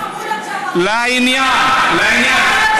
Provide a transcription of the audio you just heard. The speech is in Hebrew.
תגיד, חמולת ג'בארין, לעניין.